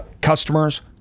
customers